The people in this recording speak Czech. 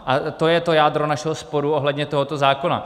A to je to jádro našeho sporu ohledně tohoto zákona.